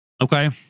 Okay